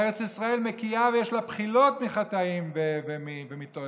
ארץ ישראל מקיאה ויש לה בחילות מחטאים ומתועבות.